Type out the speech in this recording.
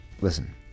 Listen